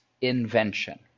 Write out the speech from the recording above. invention